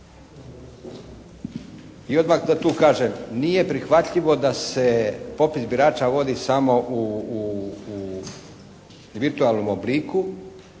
I odmah da tu kažem, nije prihvatljivo da se popis birača vodi samo u virtualnom obliku